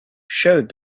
showed